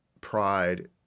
pride